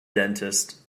dentist